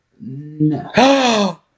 No